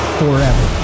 forever